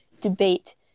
debate